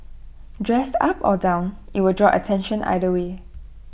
dressed up or down IT will draw attention either way